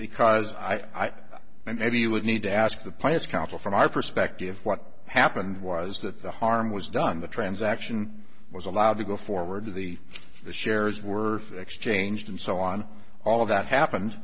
because i thought maybe you would need to ask the pious counsel from our perspective what happened was that the harm was done the transaction was allowed to go forward to the shares were exchanged and so on all of that happen